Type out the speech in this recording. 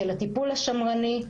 של הטיפול השמרני.